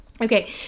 okay